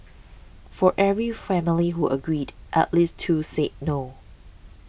for every family who agreed at least two said no